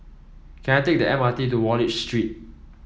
can I take the M R T to Wallich Street